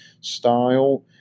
style